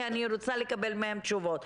כי אני רוצה לקבל מהם תשובות.